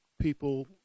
people